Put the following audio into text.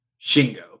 shingo